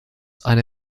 eine